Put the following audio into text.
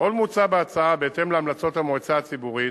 עוד מוצע בהצעה, בהתאם להמלצות המועצה הציבורית,